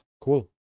Cool